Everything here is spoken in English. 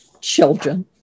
children